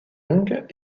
longues